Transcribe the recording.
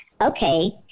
okay